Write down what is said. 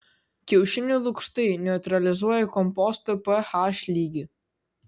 kiaušinių lukštai neutralizuoja komposto ph lygį